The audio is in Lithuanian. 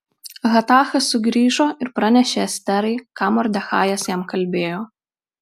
hatachas sugrįžo ir pranešė esterai ką mordechajas jam kalbėjo